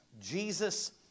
Jesus